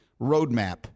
roadmap